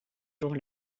jour